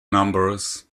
numbers